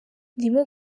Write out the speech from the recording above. ndimo